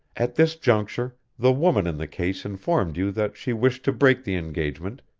at this juncture, the woman in the case informed you that she wished to break the engagement,